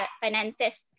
finances